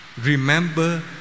Remember